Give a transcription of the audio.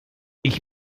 ich